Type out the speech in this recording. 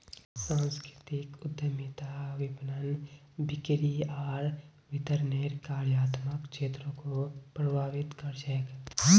सांस्कृतिक उद्यमिता विपणन, बिक्री आर वितरनेर कार्यात्मक क्षेत्रको प्रभावित कर छेक